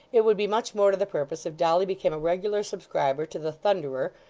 it would be much more to the purpose if dolly became a regular subscriber to the thunderer,